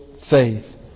faith